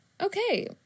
Okay